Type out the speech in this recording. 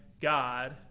God